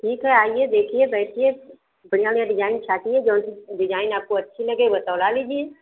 ठीक है आइए देखिए बैठिए बढ़िया बढ़िया डिजाईन छाटिए जो सी डिजाईन आपको अच्छी लगे वह तुला लीजिए